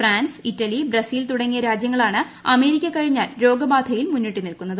France Italy Brazil തുടങ്ങിയ രാജ്യങ്ങളാണ് America കഴിഞ്ഞാൽ രോഗബാധയിൽ മുന്നിട്ടുനിൽക്കുന്നത്